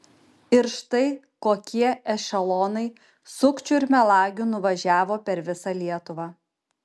ir štai kokie ešelonai sukčių ir melagių nuvažiavo per visą lietuvą